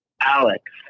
Alex